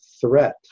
threat